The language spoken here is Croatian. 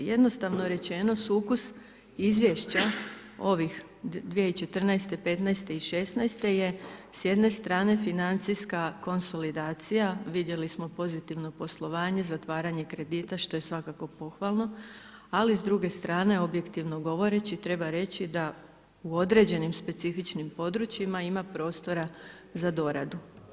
Jednostavno rečeno, sukus izvješća ovih 2014., 2015. i 2016. je s jedne strane financijska konsolidacija, vidjeli smo pozitivno poslovanje, zatvaranje kredita, što je svakako pohvalno, ali s druge strane objektivno govoreći, treba reći da u određenim specifičnim područjima ima prostora za doradu.